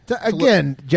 Again